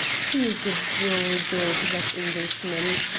he is a droll dog, that englishman.